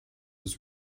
his